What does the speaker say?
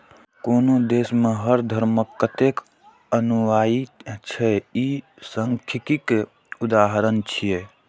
कोनो देश मे हर धर्मक कतेक अनुयायी छै, ई सांख्यिकीक उदाहरण छियै